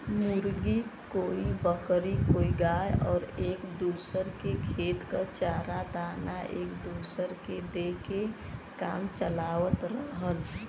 मुर्गी, कोई बकरी कोई गाय आउर एक दूसर के खेत क चारा दाना एक दूसर के दे के काम चलावत रहल